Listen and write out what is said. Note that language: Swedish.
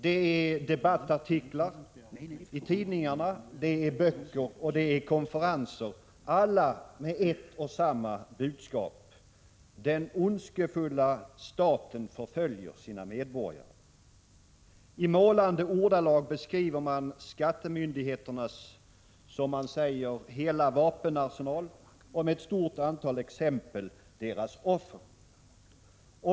Det är debattartiklar i tidningarna, det är böcker och konferenser — alla med ett och samma budskap: Den ondskefulla staten förföljer sina medborgare. I målande ordalag beskrivs skattemyndigheternas, som det sägs, hela vapenarsenal och med ett stort antal exempel deras offer.